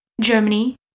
Germany